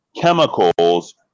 chemicals